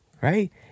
right